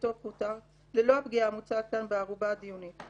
שפגיעתו פחותה ללא הפגיעה המוצעת כאן בערובה הדיונית.